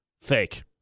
fake